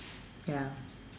ya